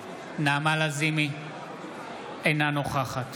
אינה נוכחת